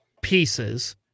pieces